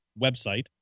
website